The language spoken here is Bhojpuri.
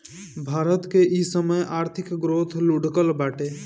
भारत के इ समय आर्थिक ग्रोथ लुढ़कल बाटे